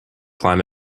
climb